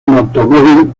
automóvil